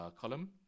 column